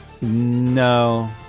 No